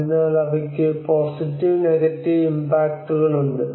അതിനാൽ അവയ്ക്ക് positive negative ഇഫക്റ്റുകൾ ഉണ്ട്